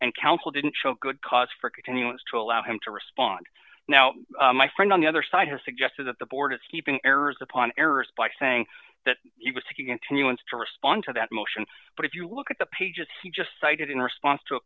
and counsel didn't show good cause for continuance to allow him to respond now my friend on the other side has suggested that the board it's keeping errors upon errors by saying that it was a continuance to respond to that motion but if you look at the pages he just cited in response to a